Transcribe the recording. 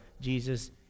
Jesus